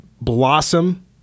blossom